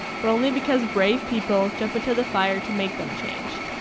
but only because brave people jump into the fire to make them change.